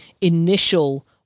initial